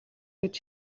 гэж